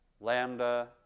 lambda